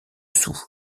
sous